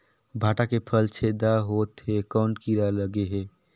भांटा के फल छेदा होत हे कौन कीरा लगे हे?